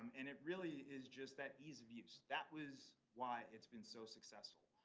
and it really is just that ease of use. that was why it's been so successful.